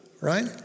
Right